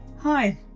Hi